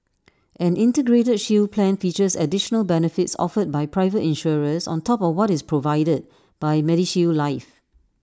an integrated shield plan features additional benefits offered by private insurers on top of what is provided by medishield life